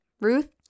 ruth